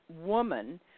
woman